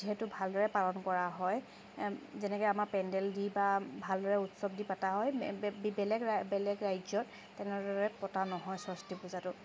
যিহেতু ভালদৰে পালন কৰা হয় যেনেকৈ আমাৰ পেণ্ডেল দি বা ভালদৰে উৎসৱ দি পতা হয় বেলেগ বেলেগ ৰাজ্যত তেনেদৰে পতা নহয় সৰস্বতী পূজাটো